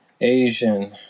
Asian